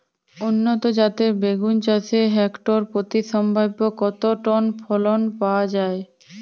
উন্নত জাতের বেগুন চাষে হেক্টর প্রতি সম্ভাব্য কত টন ফলন পাওয়া যায়?